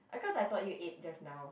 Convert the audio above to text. oh cause I thought you ate just now